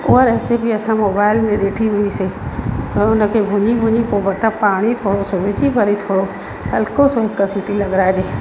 उहा रेसिपी असां मोबाइल में ॾिठी हुई से थोरो उन खे भुञी भुञी पोइ ॿ दफ़ा पाणी थोरो सो विझी करे थोरो हल्को सो हिकु ॿ सीटी लॻाराइजे